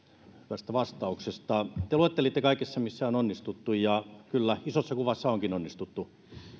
tästä vastauksesta te luettelitte missä kaikessa on onnistuttu ja kyllä isossa kuvassa onkin onnistuttu